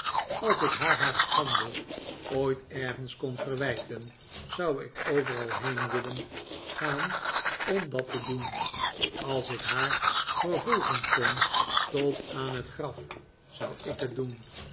als ik haar haar schande ooit ergens kon verwijten zou ik overal heen willen gaan om dat te doen als ik haar vervolgen kon tot aan het graf zou ik het doen